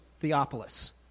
Theopolis